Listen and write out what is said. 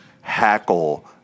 hackle